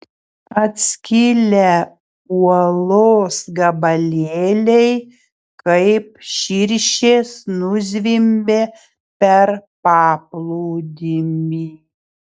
atskilę uolos gabalėliai kaip širšės nuzvimbė per paplūdimį